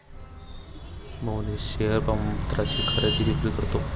Mohnish share प्रमाणपत्राची खरेदी विक्री करतो